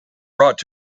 brought